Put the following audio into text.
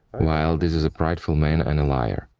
while this is a prideful man and a liar.